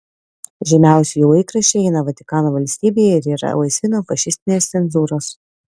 žymiausi jų laikraščiai eina vatikano valstybėje ir yra laisvi nuo fašistinės cenzūros